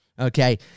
Okay